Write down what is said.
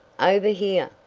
over here!